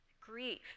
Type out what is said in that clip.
grief